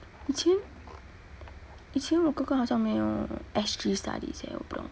以前以前我哥哥好像没有 S_G studies eh